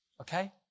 okay